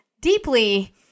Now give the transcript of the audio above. deeply